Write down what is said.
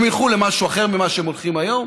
הם ילכו למשהו אחר ממה שהם הולכים היום?